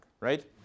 right